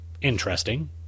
interesting